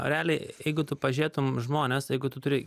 realiai jeigu tu pažiūrėtum žmonės jeigu tu turi